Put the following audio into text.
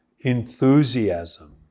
enthusiasm